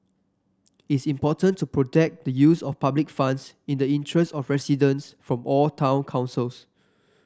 is important to protect the use of public funds in the interest of residents from all town councils